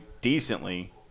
decently